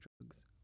drugs